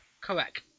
Correct